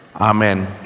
Amen